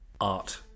art